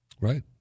right